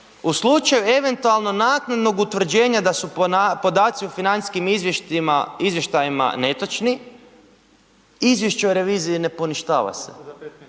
u slučaju eventualno naknadnog utvrđenja da su podaci o financijskim izvještajima netočni, izvješće o reviziji ne poništava se.